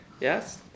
yes